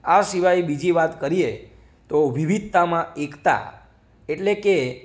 આ સિવાય બીજી વાત કરીએ તો વિવિધતામાં એકતા એટલે કે